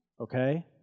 Okay